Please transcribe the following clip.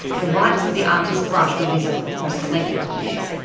the wipes of the artist's brush were visible across the length of the wood.